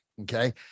Okay